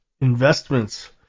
investments